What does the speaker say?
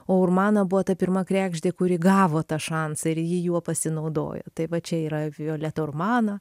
o urmana buvo ta pirma kregždė kuri gavo tą šansą ir ji juo pasinaudojo tai va čia yra violeta urmana